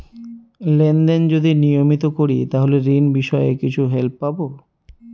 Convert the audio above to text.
Lane দেন যদি নিয়মিত করি তাহলে ঋণ বিষয়ে কিছু হেল্প পাবো?